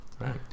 right